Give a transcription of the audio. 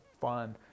fun